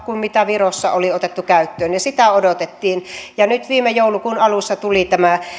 kuin virossa oli otettu käyttöön ja sitä odotettiin nyt viime joulukuun alussa tuli tämä